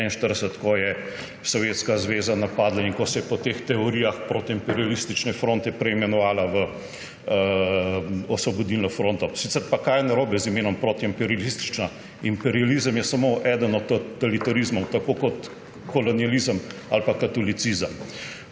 1941, ko je Sovjetska zveza napadla in ko se je po teh teorijah Protiimperialistična fronta preimenovala v Osvobodilno fronto. Sicer pa kaj je narobe z imenom Protiimperialistična? Imperializem je samo eden od totalitarizmov, tako kot kolonializem ali pa katolicizem.